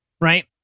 right